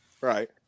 Right